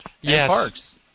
Yes